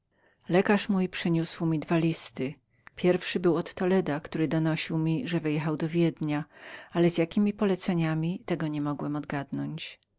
lekarz mój przyniósł mi dwa listy pierwszy był od toledo który donosił mi że wyjechał do wiednia ale z jakiemi poleceniami tego nie mogłem odgadnąć